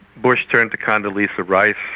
bush turned to condoleezza rice,